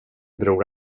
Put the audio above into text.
bror